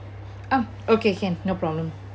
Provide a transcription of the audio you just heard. oh okay can no problem